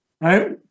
right